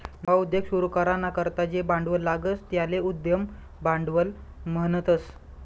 नवा उद्योग सुरू कराना करता जे भांडवल लागस त्याले उद्यम भांडवल म्हणतस